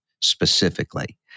specifically